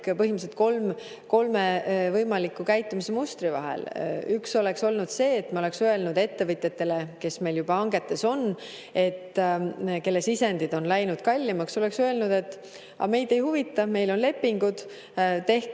põhimõtteliselt kolme käitumismustri vahel. Üks oleks olnud see, et me oleksime öelnud ettevõtjatele, kes meil juba hangetes olid ja kelle sisendid olid läinud kallimaks, et aga meid ei huvita, meil on lepingud, tehke,